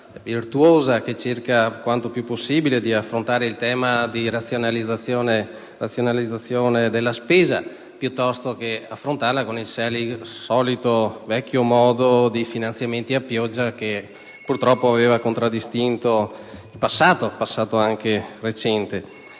virtuosa, che cerca il più possibile di affrontare il tema della razionalizzazione della spesa, piuttosto che adottare la solita vecchia modalità dei finanziamenti a pioggia, che purtroppo ha contraddistinto il passato anche recente.